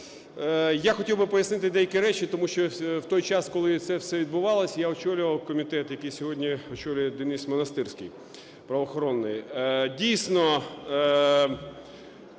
я хотів би пояснити деякі речі, тому що в той час, коли це все відбувалося, я очолював комітет, який сьогодні очолює Денис Монастирський, правоохоронний.